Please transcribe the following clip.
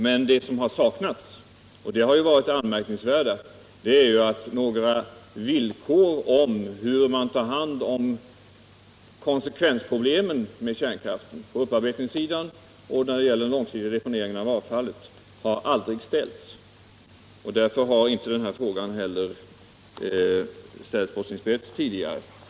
Men det som har saknats, och det har varit det anmärkningsvärda, är att några villkor för hur man tar hand om konsekvensproblemen med kärnkraften — i fråga om upparbetning och långsiktig deponering av avfallet — aldrig har ställts. Därför har den här frågan inte heller ställts på sin spets tidigare.